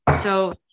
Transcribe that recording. so-